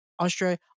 Australia